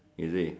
is it